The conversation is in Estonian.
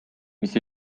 mis